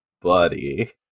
buddy